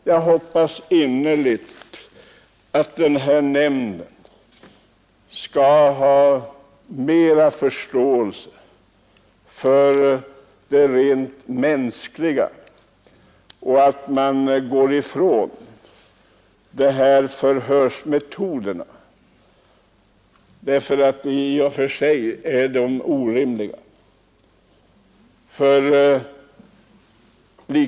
Jag hoppas innerligt att den nämnd vi här talar om skall visa större förståelse för det rent mänskliga och att man frångår de nuvarande förhörsmetoderna, som är helt orimliga.